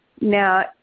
now